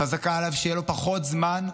חזקה עליו שיהיה לו פחות זמן לשווק,